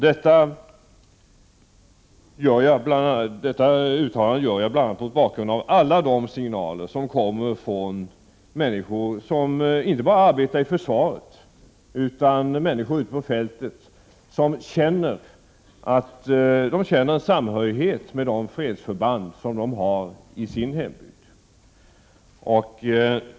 Detta uttalande gör jag bl.a. mot bakgrund av alla de signaler som kommer inte bara från dem som arbetar inom försvaret utan från människor ute på fältet som känner en samhörighet med de fredsförband som de har i sin hembygd och med värnpliktssystemet.